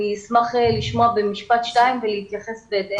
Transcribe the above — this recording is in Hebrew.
אשמח לשמוע במשפט אחד או שניים ולהתייחס בהתאם.